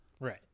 right